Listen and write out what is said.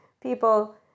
people